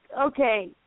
okay